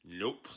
Nope